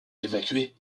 évacuer